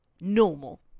Normal